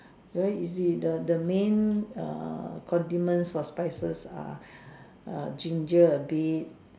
very easy the the main err condiments for spices are ginger a bit